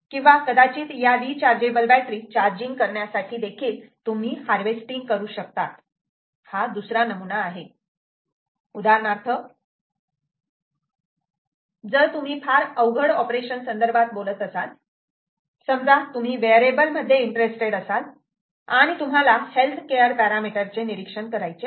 किंवा कदाचित या रिचार्जेबल बॅटरी चार्जिंग करण्यासाठी देखील तुम्ही हार्वेस्टिंग करू शकतात हा दुसरा नमुना आहे उदाहरणार्थ जर तुम्ही फार अवघड ऑपरेशन संदर्भात बोलत असाल समजा तुम्ही वेअरेबल मध्ये इंटरेस्टेड असाल आणि तुम्हाला हेल्थ केअर पॅरामिटर चे निरीक्षण करायचे आहे